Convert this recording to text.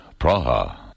Praha